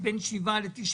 בשביל שרים וסגני שרים,